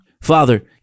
father